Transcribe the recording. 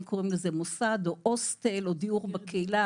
קוראים לזה מוסד או הוסטל או דיור בקהילה,